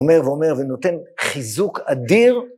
אומר ואומר ונותן חיזוק אדיר.